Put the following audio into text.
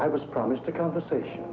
i was promised a conversation